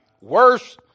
Worse